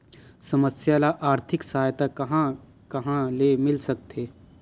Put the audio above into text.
समस्या ल आर्थिक सहायता कहां कहा ले मिल सकथे?